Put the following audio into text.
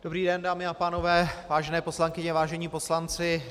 Dobrý den, dámy a pánové, vážené poslankyně, vážení poslanci.